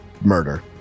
murder